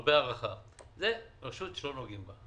הרבה הערכה זו רשות שלא נוגעים בה.